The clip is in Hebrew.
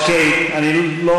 אוקיי, אני לא